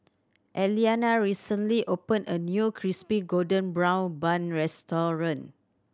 Elianna recently opened a new Crispy Golden Brown Bun restaurant